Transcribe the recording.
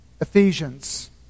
Ephesians